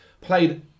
played